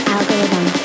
Algorithm